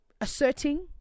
asserting